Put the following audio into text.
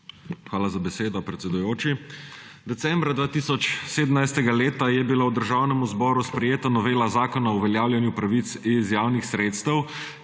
Hvala za besedo, predsedujoči. Decembra 2017. leta je bila v Državnem zboru sprejeta novela Zakona o uveljavljanju pravic iz javnih sredstev,